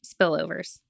spillovers